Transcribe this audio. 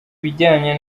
bijyanye